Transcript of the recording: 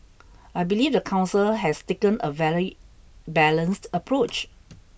I believe the council has taken a very balanced approach